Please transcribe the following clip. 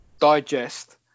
digest